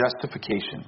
justification